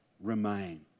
remain